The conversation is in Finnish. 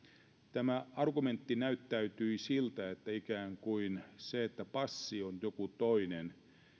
tämä argumentti näyttäytyi siltä että ikään kuin silloin kun passi on joku toinen